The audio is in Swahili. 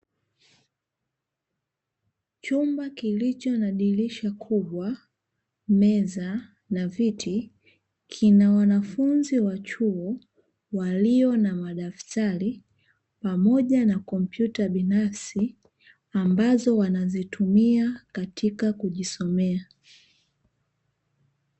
Chumba kilicho na dirisha kubwa, meza na viti kina wanafunzi wa chuo waliyo na madaftari pamoja na kompyuta binafsi ambazo wanazitumia katika kujisomea.